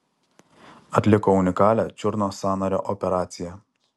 atliko unikalią čiurnos sąnario operaciją